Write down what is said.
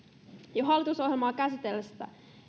jo hallitusohjelmaa käsiteltäessä